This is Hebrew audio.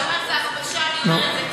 אתה אומר זה הכפשה, אני אומרת, זה השקפה.